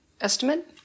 estimate